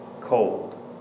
cold